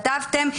כתבתם: